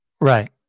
Right